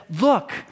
look